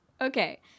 Okay